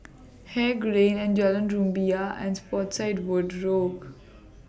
Haig Lane and Jalan Rumbia and Spottiswoode Road